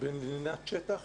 בין לינת שטח